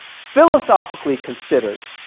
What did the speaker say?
philosophically considered